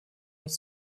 uns